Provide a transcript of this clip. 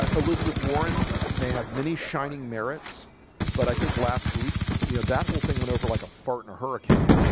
ah elizabeth warren may have many shining merits but i think last week, you know, that whole thing went over like a fart in a hurricane